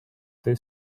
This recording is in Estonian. the